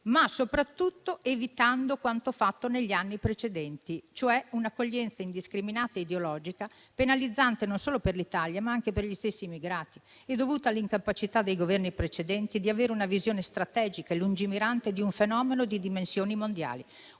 ma soprattutto evitando quanto fatto negli anni precedenti, e cioè un'accoglienza indiscriminata e ideologica, penalizzante non solo per l'Italia ma anche per gli stessi immigrati, dovuta all'incapacità dei Governi precedenti di avere una visione strategica e lungimirante di un fenomeno di dimensioni mondiali.